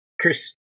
Chris